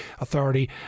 Authority